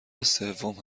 سوم